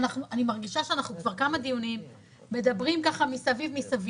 אני מרגישה שאנחנו כבר כמה דיונים מדברים ככה מסביב מסביב,